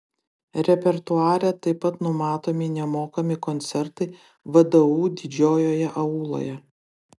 repertuare taip pat numatomi nemokami koncertai vdu didžiojoje auloje